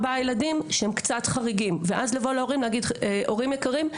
ארבעה ילדים שהם קצת חריגים ואז לבוא להורים להגיד: 'הורים יקרים,